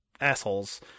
assholes